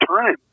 time